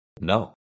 No